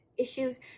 issues